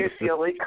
UCLA